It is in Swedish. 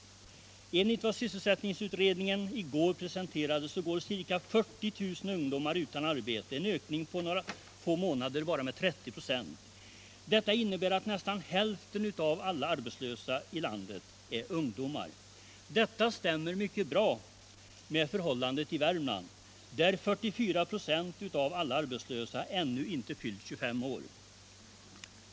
Enligt de uppgifter som sysselsättningsutredningen i går presenterade går ca 40 000 ungdomar utan arbete — en ökning på bara några månader med 30 96. Det innebär att nästan hälften av alla arbetslösa i landet är ungdomar. Dessa siffror stämmer mycket bra med förhållandet i Värmland, där 44 96 av alla arbetslösa ännu inte fyllt 25 år.